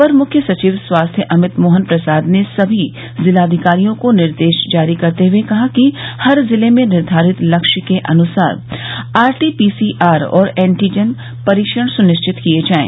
अपर मुख्य सचिव स्वास्थ्य अमित मोहन प्रसाद ने सभी जिलाधिकारियों को निर्देश जारी करते हुए कहा है कि हर जिले में निर्धारित लक्ष्य के अनुसार आरटीपीसीआर और एनटीजन परीक्षण सुनिश्चित किये जाये